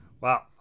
Wow